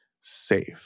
safe